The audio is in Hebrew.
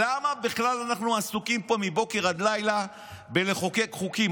למה בכלל אנחנו עסוקים פה מבוקר עד לילה בלחוקק חוקים?